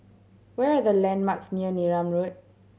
where are the landmarks near Neram Road